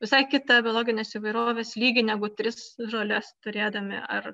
visai kitą biologinės įvairovės lygį negu tris žoles turėdami ar